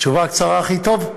קצרה הכי טוב, תשובה קצרה הכי טוב?